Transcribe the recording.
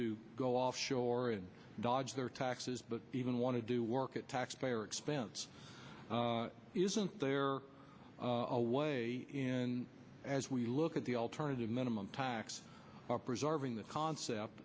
to go offshore and dodge their taxes but even want to do work at taxpayer expense isn't there a way as we look at the alternative minimum tax preserving the concept